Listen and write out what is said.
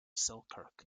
selkirk